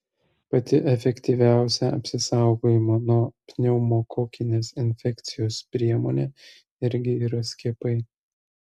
pati efektyviausia apsisaugojimo nuo pneumokokinės infekcijos priemonė irgi yra skiepai